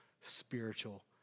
spiritual